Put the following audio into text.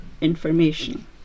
information